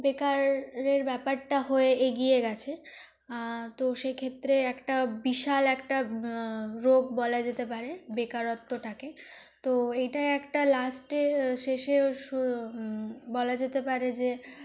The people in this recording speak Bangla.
বেকারের ব্যাপারটা হয়ে এগিয়ে গেছে তো সেক্ষেত্রে একটা বিশাল একটা রোগ বলা যেতে পারে বেকারত্বটাকে তো এটা একটা লাস্টে শেষে শ বলা যেতে পারে যে